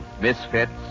Misfits